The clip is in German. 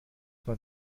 man